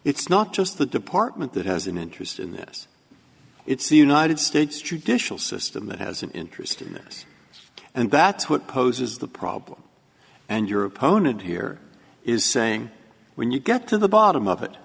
it's not just the department that has an interest in this it's the united states judicial system that has an interest in this and that's what poses the problem and your opponent here is saying when you get to the bottom of it